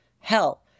Hell